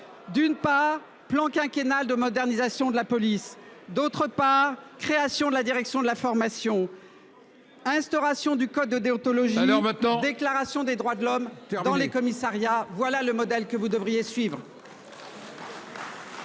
D'une part plan quinquennal de modernisation de la police d'autre part, création de la direction de la formation. Instauration du code de déontologie leur maintenant. Déclaration des droits de l'homme dans les commissariats. Voilà le modèle que vous devriez suivre.